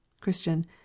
CHRISTIAN